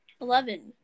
Eleven